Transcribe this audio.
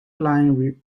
line